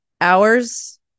hours